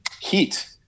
Heat